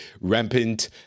rampant